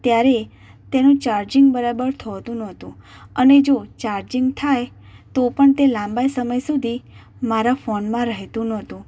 ત્યારે તેનું ચાર્જિંગ બરાબર થતું નહોતું અને જો ચાર્જિંગ થાય તો પણ તે લાંબા સમય સુધી મારા ફોનમાં રહેતું નહોતું